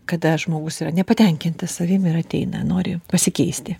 kada žmogus yra nepatenkintas savim ir ateina nori pasikeisti